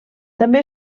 també